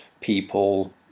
people